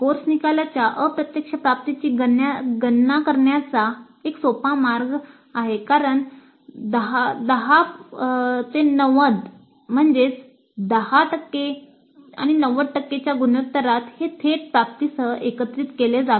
course निकालाच्या अप्रत्यक्ष प्राप्तीची गणना करण्याचा एक सोपा मार्ग कारण 1090 10 टक्के 90 टक्के च्या गुणोत्तरात हे थेट प्राप्तीसह एकत्रित केले जावे